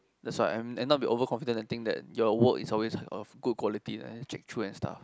that's why and and not be over confident and think that your work is always of good quality and check through and stuff